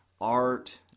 art